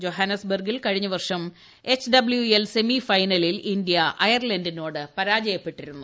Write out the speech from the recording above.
Johannes ബർഗിൽ കഴിഞ്ഞ വർഷം എച്ച് ഡബ്ല്യൂ എൽ സെമിഫൈനലിൽ ഇന്ത്യ അയർലന്റിനോട് പരാജയപ്പെട്ടിരുന്നു